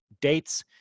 dates